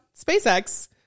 SpaceX